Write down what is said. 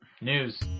News